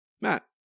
Matt